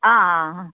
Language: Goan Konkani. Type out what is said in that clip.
आं आं